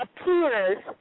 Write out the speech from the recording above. appears